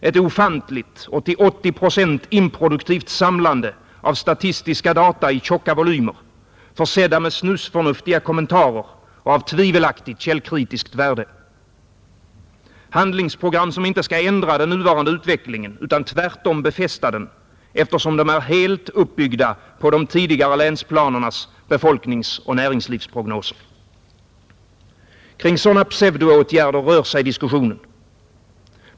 Ett ofantligt och till 80 procent improduktivt samlande av statistiska data i tjocka volymer, försedda med snusförnuftiga kommentarer och av tvivelaktigt källkritiskt värde. Handlingsprogram, som inte skall ändra den nuvarande utvecklingen utan tvärtom befästa den, eftersom de är helt uppbyggda på de tidigare länsplanernas befolkningsoch näringslivsprognoser. Kring sådana pseudoåtgärder rör sig diskussionen.